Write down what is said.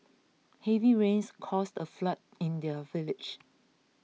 heavy rains caused a flood in their village